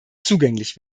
zugänglich